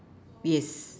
yes